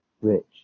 rich